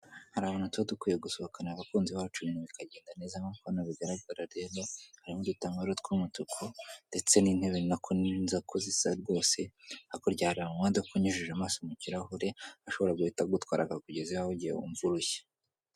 Hari abantu tuba dukwiye gusohokanara abakunzi bacu ibintu bikagenda neza nk'uko hano bigaragara rero, harimo udutambaro tw'umutuku, ndetse n'intebe nako niko zisa rwose hakurya hari amamodoka unyujije amaso mu kirahure, ashobora guhita agutwara akakugeza aho ugiye wumva urushye.